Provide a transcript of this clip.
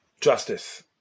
justice